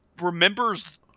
Remembers